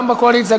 גם בקואליציה,